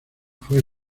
fue